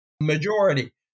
majority